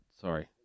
sorry